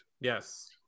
Yes